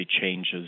changes